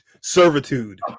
servitude